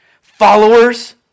Followers